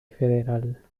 federal